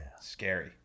Scary